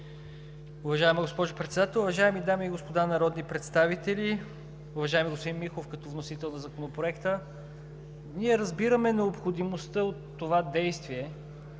уважаема госпожо Председател. Уважаеми дами и господа народни представители! Уважаеми господин Михов, като вносител на Законопроекта, ние разбираме необходимостта от това действие